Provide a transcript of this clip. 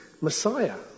Messiah